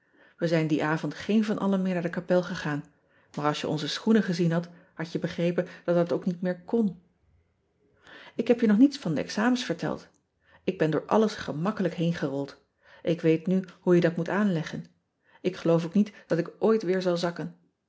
e zijn dien avond geen van allen meer naar de kapel gegaan maar als je onze schoenen gezien had had je begrepen dat dat ook niet meer kn k heb je nog niets van de examens verteld k ben door alles gemakkelijk heengerold k weet nu hoe je dat moet aanleggen k geloof ook niet dat ik ooit weer zal zakken